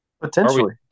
Potentially